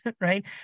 right